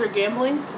gambling